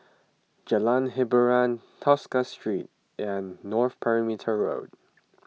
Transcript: Jalan Hiboran Tosca Street and North Perimeter Road